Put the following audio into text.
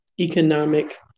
economic